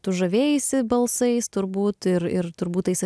tu žavėjaisi balsais turbūt ir ir turbūt tais